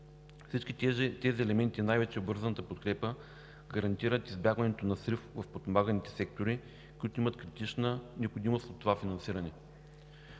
Всички тези елементи, най-вече обвързаната подкрепа, гарантират избягването на срив в подпомаганите сектори, които имат критична необходимост от това финансиране.